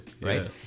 right